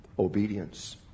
obedience